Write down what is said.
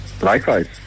Likewise